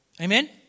Amen